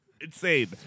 Insane